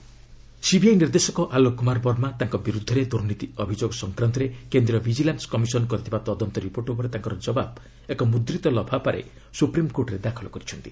SC CBI Verma CBI ନିର୍ଦ୍ଦେଶକ ଆଲୋକ କୁମାର ବର୍ମା ତାଙ୍କ ବିରୁଦ୍ଧରେ ଦୁର୍ନୀତି ଅଭିଯୋଗ ସଂକ୍ରାନ୍ତରେ କେନ୍ଦ୍ରୀୟ ଭିଜିଲାନ୍ସ କମିଶନ୍ କରିଥିବା ତଦନ୍ତ ରିପୋର୍ଟ ଉପରେ ତାଙ୍କର ଜବାବ୍ ଏକ ମୁଦ୍ରିତ ଲଫାପାରେ ସୁପ୍ରିମ୍କୋର୍ଟରେ ଦାଖଲ କରିଛନ୍ତି